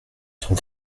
ton